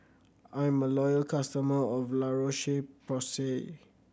I'm a loyal customer of La Roche Porsay